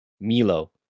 Milo